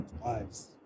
lives